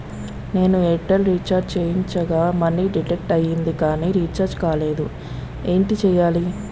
నేను Airtel recharge చేయించగా money deduct అయ్యింది కానీ రీఛార్జ్ కాలేదు ఏంటి చేయాలి?